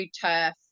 turf